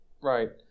right